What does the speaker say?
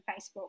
Facebook